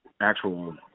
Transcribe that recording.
actual